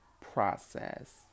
process